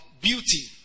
beauty